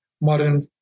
modern